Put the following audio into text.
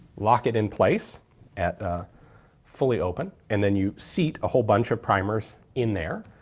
lock it in place at. fully open and then you seat a whole bunch of primers in there,